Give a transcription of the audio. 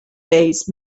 based